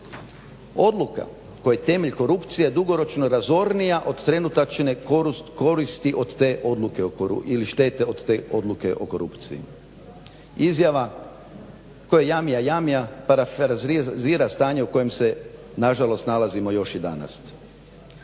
Odluka kojoj je temelj korupcija dugoročno razornija od trenutačne koristi od te odluke ili štete od odluke o korupciji. Izjava "tko je jamija jamija" parafrazira stanje u kojem se na žalost nalazimo još i danas.